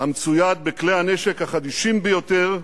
המצויד בכלי הנשק החדישים ביותר,